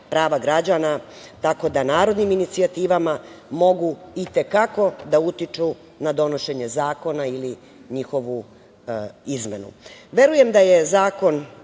prava građana tako da narodnim inicijativama mogu i te kako da utiču na donošenje zakona ili njihovu izmenu. Verujem da je zakon